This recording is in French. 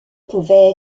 pouvait